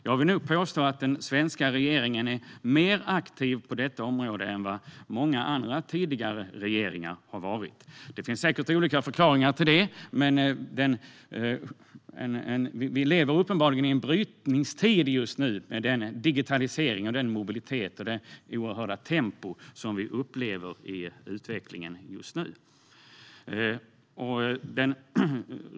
Jag vill nog påstå att den nuvarande svenska regeringen är mer aktiv på detta område än vad många andra tidigare regeringar har varit. Det finns säkert olika förklaringar till det. Vi lever uppenbarligen i en brytningstid med digitalisering, mobilitet och det oerhörda tempo som vi upplever i utvecklingen just nu.